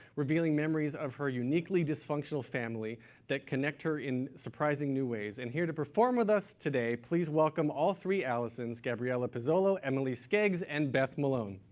revealing memories of her uniquely dysfunctional family that connect her in surprising new ways. and here to perform with us today, please welcome all three alisons gabriella pizzolo, emily skeggs, and beth malone.